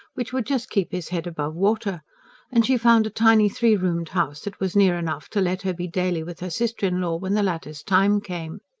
which would just keep his head above water and she found a tiny, three-roomed house that was near enough to let her be daily with her sister-in-law when the latter's time came.